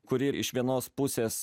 kuri iš vienos pusės